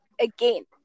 again